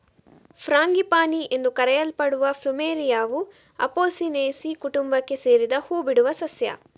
frangipani ಎಂದು ಕರೆಯಲ್ಪಡುವ ಪ್ಲುಮೆರಿಯಾವು ಅಪೊಸಿನೇಸಿ ಕುಟುಂಬಕ್ಕೆ ಸೇರಿದ ಹೂ ಬಿಡುವ ಸಸ್ಯ